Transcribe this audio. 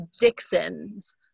Dixons